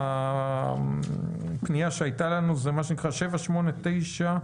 מה שנקרא 7. 8, 9,